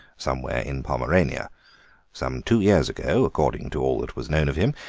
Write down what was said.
somewhere in pomerania some two years ago, according to all that was known of him,